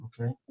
Okay